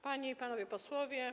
Panie i Panowie Posłowie!